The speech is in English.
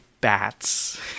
bats